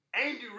Andy